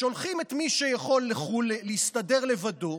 שולחים את מי שיכול לחו"ל להסתדר לבדו,